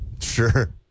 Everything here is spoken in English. Sure